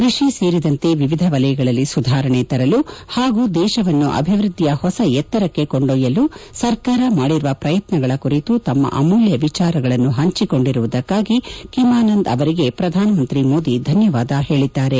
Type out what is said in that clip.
ಕ್ಷಡಿ ಸೇರಿದಂತೆ ವಿವಿಧ ವಲಯಗಳಲ್ಲಿ ಸುಧಾರಣೆ ತರಲು ಹಾಗೂ ದೇಶವನ್ನು ಅಭಿವ್ವದ್ದಿಯ ಹೊಸ ಎತ್ತರಕ್ಕೆ ಕೊಂಡೊಯ್ಯಲು ಸರ್ಕಾರ ಮಾಡಿರುವ ಪ್ರಯತ್ನಗಳ ಕುರಿತು ತಮ್ಮ ಅಮೂಲ್ಯ ವಿಚಾರಗಳನ್ನು ಹಂಚಿಕೊಂಡಿರುವುದಕ್ಕಾಗಿ ಕಿಮಾನಂದ್ ಅವರಿಗೆ ಪ್ರಧಾನಮಂತ್ರಿ ಮೋದಿ ಧನ್ಯವಾದ ಹೇಳಿದ್ದಾರೆ